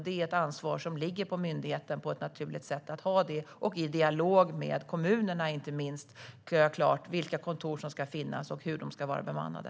Det ansvaret ligger på ett naturligt sätt på myndigheten för att i dialog med inte minst kommunerna klargöra vilka kontor som ska finnas och hur de ska vara bemannade.